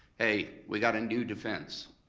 hey, we got a new defense,